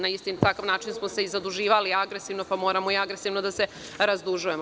Na isti takav način smo se i zaduživali agresivno, pa moramo i agresivno da se razdužujemo.